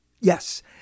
Yes